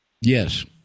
Yes